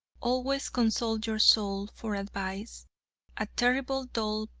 always consult your soul for advice a terrible, dull,